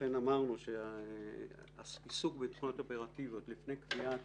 לכן אמרנו שעיסוק בתוכניות אופרטיביות לפני קביעת